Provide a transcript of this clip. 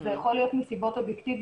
זה יכול להיות מסיבות אובייקטיביות,